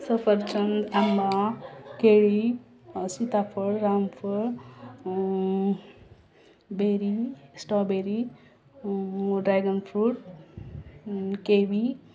सफरचंद आंबा केळी सिताफळ रामफळ बेरी स्ट्रॉबेरी ड्रॅगनफ्रूट केवी